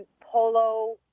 polo